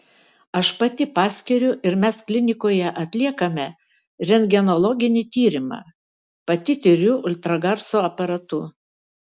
aš pati paskiriu ir mes klinikoje atliekame rentgenologinį tyrimą pati tiriu ultragarso aparatu